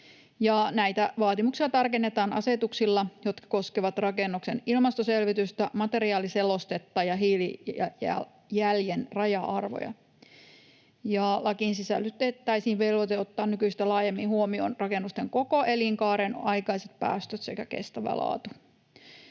näitä vaatimuksia tarkennetaan asetuksilla, jotka koskevat rakennuksen ilmastoselvitystä, materiaaliselostetta ja hiilijäljen raja-arvoja. Ja lakiin sisällytettäisiin velvoite ottaa nykyistä laajemmin huomioon rakennusten koko elinkaaren aikaiset päästöt sekä kestävä laatu.